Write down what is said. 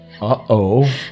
Uh-oh